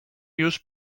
już